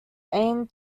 aimed